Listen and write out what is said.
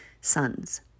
sons